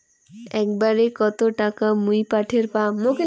একবারে কত টাকা মুই পাঠের পাম?